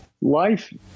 life